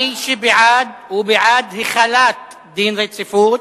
מי שבעד, הוא בעד החלת דין רציפות,